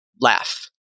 laugh